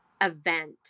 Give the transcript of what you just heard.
event